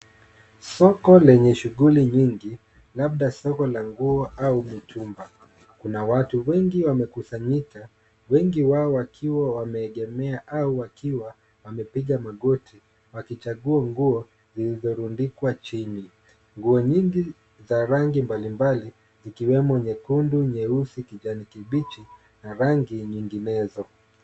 Soko lenye shughuli nyingi labda soko la nguo au mitumba. Kuna watu wengi wamekusanyika wengi wao wakiwa wameegemea au wakiwa wamepiga magoti wakichagua nguo zilizorundikwa chini. Nguo nyingi za rangi mbalimbali zikiwemo nyekundi ,nyeusi ,kijani kibichi na rangi nyinginezo.